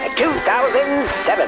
2007